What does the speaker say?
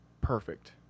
perfect